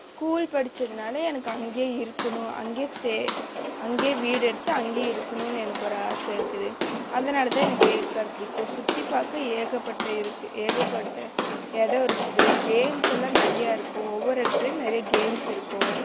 school படித்ததுனால் எனக்கு அங்கேயே இருக்கணும் அங்கேயே ஸ்டே அங்கேயே வீடு எடுத்து அங்கேயே இருக்கணுன்னு எனக்கு ஒரு ஆசை இருக்குது அதனால தான் எனக்கு ஏற்காடு பிடிக்கும் சுற்றிப் பார்க்க ஏகப்பட்ட இருக்குது ஏகப்பட்ட இடோம் இருக்குது கேம்ஸ் எல்லாம் நிறையா இருக்கும் ஒவ்வொரு இடத்துலையும் நிறைய கேம்ஸ் இருக்கும்